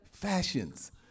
fashions